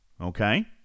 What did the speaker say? okay